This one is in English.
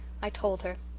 i told her.